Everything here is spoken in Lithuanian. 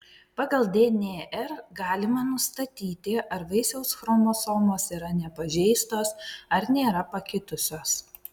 pagal dnr galima nustatyti ar vaisiaus chromosomos yra nepažeistos ar nėra pakitusios